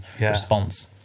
response